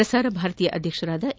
ಪ್ರಸಾರ ಭಾರತಿ ಅಧ್ಯಕ್ಷ ಎ